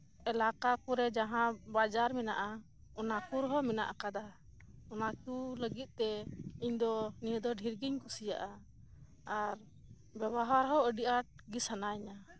ᱮᱞᱟᱠᱟ ᱠᱚᱨᱮ ᱡᱟᱦᱟᱸ ᱵᱟᱡᱟᱨ ᱢᱮᱱᱟᱜᱼ ᱟ ᱚᱱᱟ ᱠᱚᱨᱮᱦᱚᱸ ᱢᱮᱱᱟᱜ ᱟᱠᱟᱫᱟ ᱚᱱᱟᱠᱚ ᱞᱟᱹᱜᱤᱫ ᱛᱮ ᱤᱧᱫᱚ ᱱᱤᱭᱟᱹᱫᱚ ᱫᱷᱮᱨᱜᱤᱧ ᱠᱩᱥᱤᱭᱟᱜᱼᱟ ᱟᱨ ᱵᱮᱵᱚᱦᱟᱨ ᱦᱚᱸ ᱟᱹᱰᱤ ᱟᱴ ᱜᱮ ᱥᱟᱱᱟᱭᱤᱧᱟᱹ